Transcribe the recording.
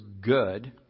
good